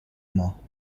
ماه